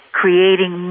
creating